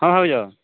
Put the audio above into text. ହଁ ଭାଉଜ